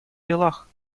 делах